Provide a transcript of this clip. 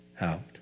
out